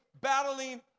battling